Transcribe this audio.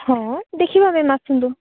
ହଁ ଦେଖିବା ମ୍ୟାମ୍ ଆସନ୍ତୁ